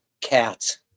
Cats